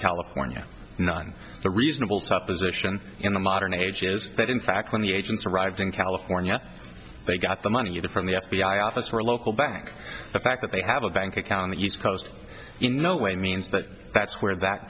california not on the reasonable supposition in the modern age is that in fact when the agents arrived in california they got the money either from the f b i office or a local bank the fact that they have a bank account in the east coast in no way means that that's where that